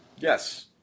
Yes